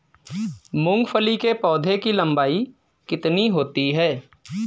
मूंगफली के पौधे की लंबाई कितनी होती है?